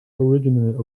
originally